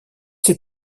ces